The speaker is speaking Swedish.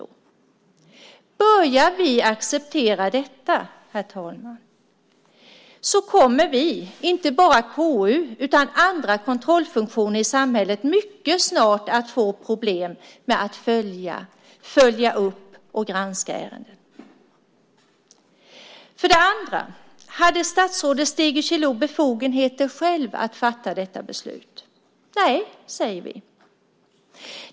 Om vi börjar acceptera detta, herr talman, kommer vi, inte bara KU utan också andra kontrollfunktioner i samhället, mycket snart att få problem med att följa, följa upp och granska ärenden. För det andra: Hade statsrådet Stegö Chilò själv befogenhet att fatta detta beslut? Nej, säger vi.